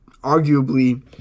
arguably